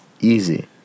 Easy